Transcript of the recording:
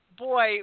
boy